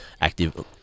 active